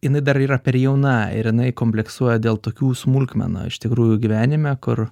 jinai dar yra per jauna ir jinai kompleksuoja dėl tokių smulkmenų iš tikrųjų gyvenime kur